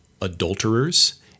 adulterers